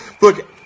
Look